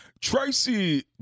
Tracy